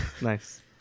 Nice